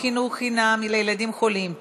חינם לילדים חולים (תיקון,